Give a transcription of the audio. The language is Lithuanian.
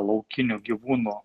laukinių gyvūnų